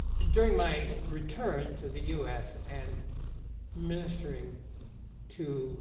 during my return to the us and ministering to